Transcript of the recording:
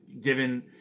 given